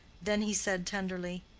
then he said tenderly,